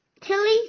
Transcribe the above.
Tilly